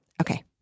Okay